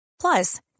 Plus